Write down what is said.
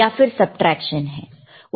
या फिर सबट्रैक्शन है